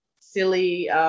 silly